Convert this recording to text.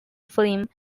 film